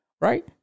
right